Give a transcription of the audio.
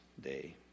Day